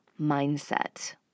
mindset